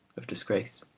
of disgrace,